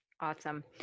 Awesome